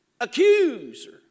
Accuser